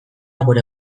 gure